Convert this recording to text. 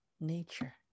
nature